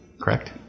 correct